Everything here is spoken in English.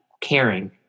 caring